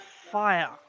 fire